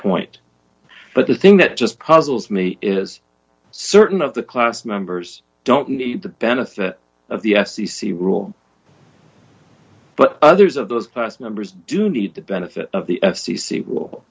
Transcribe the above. point but the thing that just puzzles me is certain of the class members don't need the benefit of the f c c rule but others of those numbers do need the benefit of the f c c will